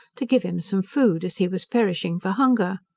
to give him some food, as he was perishing for hunger.